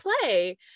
play